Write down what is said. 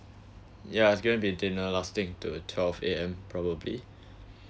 yes it's gonna be dinner lasting to a twelve A_M probably